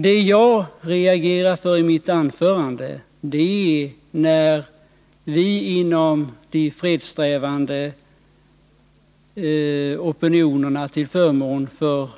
Vad jag reagerar mot i mitt anförande är att vi inom de fredssträvande opinionerna till förmån för